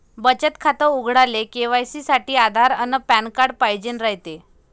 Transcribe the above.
बचत खातं उघडाले के.वाय.सी साठी आधार अन पॅन कार्ड पाइजेन रायते